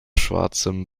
schwarzem